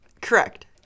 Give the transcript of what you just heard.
Correct